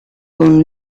con